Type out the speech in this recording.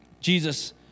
Jesus